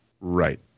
Right